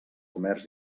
comerç